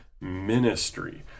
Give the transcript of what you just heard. ministry